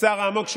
הצער העמוק.